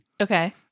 Okay